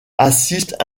assiste